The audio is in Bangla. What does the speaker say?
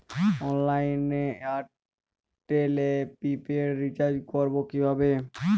অনলাইনে এয়ারটেলে প্রিপেড রির্চাজ করবো কিভাবে?